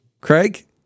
Craig